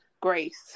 grace